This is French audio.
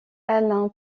alain